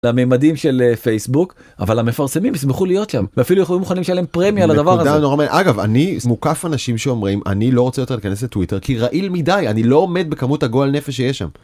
למימדים של פייסבוק, אבל המפרסמים ישמחו להיות שם, ואפילו יהיו מוכנים לשלם פרמיה לדבר הזה. אגב, אני מוקף אנשים שאומרים אני לא רוצה יותר להיכנס לטוויטר כי רעיל מדי, אני לא עומד בכמות הגועל נפש שיש שם.